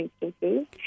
instances